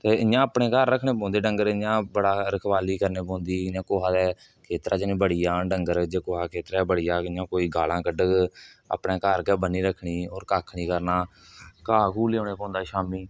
ते इ'यां अपने घर रक्खने पौंदे डंगर इ'यां बड़ा रखवाली करनी पौंदी इ'यां कुसा दे खेतरे च नेईं बड़ी जान डंगर जेकर कुसै दे खेतरे च बड़ी जाग इ'यां कोई गालां कड्ढग अपने घर गै ब'न्नी रक्खनी होर कक्ख नेईं करना घाह घूह् लेई औना पौंदा शाम्मी